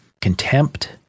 contempt